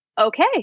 okay